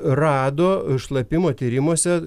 rado šlapimo tyrimuose